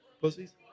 Pussies